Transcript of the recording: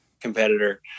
competitor